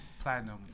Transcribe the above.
Platinum